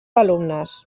alumnes